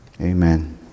Amen